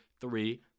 three